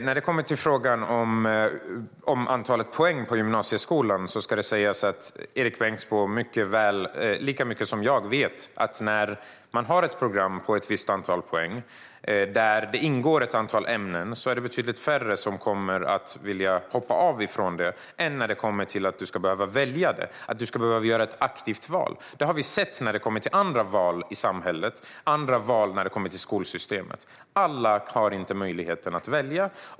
När det gäller frågan om antalet poäng på gymnasieskolan ska det sägas att Erik Bengtzboe lika väl som jag vet att om det ingår ett antal ämnen i ett program med ett visst antal poäng är det betydligt färre som kommer att vilja hoppa av från det programmet jämfört med hur många som inte vill behöva göra ett aktivt val att läsa fler poäng. Det har vi sett när det gäller andra val i samhället och andra val inom skolsystemet. Alla har inte möjlighet att välja.